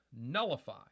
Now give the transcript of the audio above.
nullify